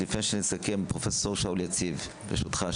לפני שנסכם פרופ' שאול יציב, ברשותך.